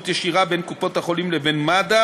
ישירה בין קופות-החולים לבין מד"א